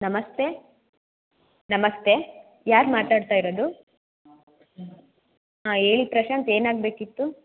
ನಮಸ್ತೆ ನಮಸ್ತೆ ಯಾರು ಮಾತಾಡ್ತಾಯಿರೋದು ಹಾಂ ಹೇಳಿ ಪ್ರಶಾಂತ್ ಏನಾಗಬೇಕಿತ್ತು